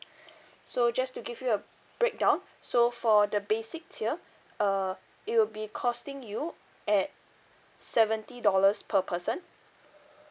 so just to give you a break down so for the basic tier uh it will be costing you at seventy dollars per person